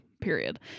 period